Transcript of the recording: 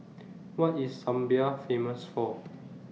What IS Zambia Famous For